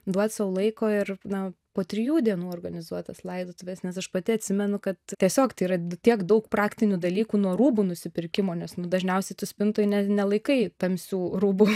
duot sau laiko ir na po trijų dienų organizuot tas laidotuves nes aš pati atsimenu kad tiesiog tai yra tiek daug praktinių dalykų nuo rūbų nusipirkimo nes dažniausiai tu spintoj ne nelaikai tamsių rūbų